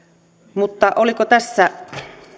mutta olivatko tässä